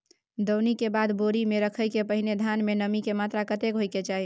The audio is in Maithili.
दौनी के बाद बोरी में रखय के पहिने धान में नमी के मात्रा कतेक होय के चाही?